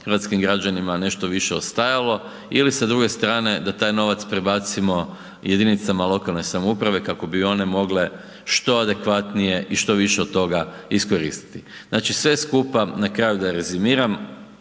hrvatskim građanima nešto više ostajalo ili sa druge strane da taj novac prebacimo jedinicama lokalne samouprave kako bi one mogle što adekvatnije i što više od toga iskoristiti. Znači sve skupa na kraju da rezimiram,